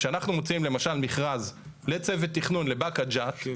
כשאנחנו מוציאים למשל מכרז לצוות תכנון לבאקה ג'ת,